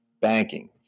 Banking